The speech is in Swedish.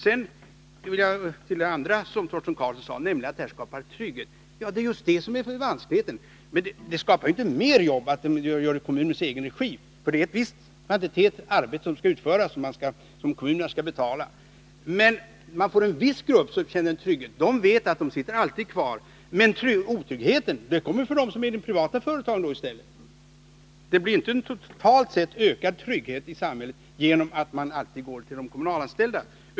Torsten Karlsson sade att egenverksamheten skapar trygghet. Det är just det som är det vanskliga. Men det skapar inte mer jobb att arbetena utförs i kommunens regi. Det är en viss kvantitet arbete som skall utföras och som kommunerna skall betala. Det blir en viss grupp som känner trygghet. Man vet där att man alltid sitter kvar. Men otrygghet blir det då i stället för dem som är anställda i privata företag. Det blir ju inte en totalt sett ökad trygghet i samhället genom att man alltid går till de kommunalanställda.